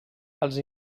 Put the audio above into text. els